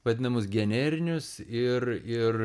vadinamus generinius ir ir